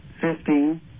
fifteen